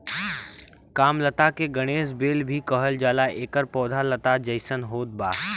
कामलता के गणेश बेल भी कहल जाला एकर पौधा लता जइसन होत बा